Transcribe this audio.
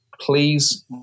please